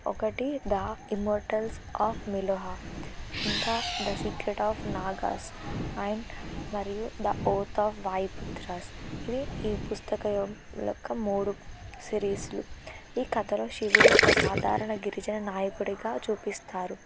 ఒకటి the immortals of Meluha ఇంకా the secret of Nagas and మరియు the oath of Vayuputras ఇవి ఈ పుస్తకం యొక్క మూడు సిరీస్లు ఈ కథలో శివుడు ఒక సాధారణ గిరిజన నాయకుడిగా చూపిస్తారు